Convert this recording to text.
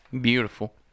beautiful